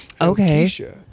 Okay